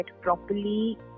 properly